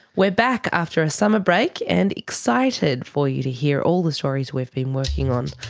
we're back after a summer break and excited for you to hear all the stories we've been working on.